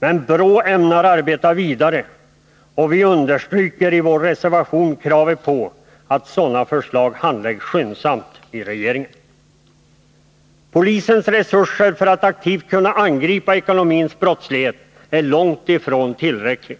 Men BRÅ ämnar arbeta vidare, och vi understryker i vår reservation kravet på att förslag på detta område handläggs skyndsamt i regeringen. De resurser som polisen har för att effektivt kunna angripa ekonomisk brottslighet är långt ifrån tillräckliga.